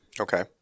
Okay